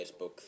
Facebook